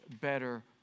better